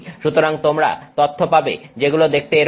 সুতরাং তোমরা তথ্য পাবে যেগুলো দেখতে এরকম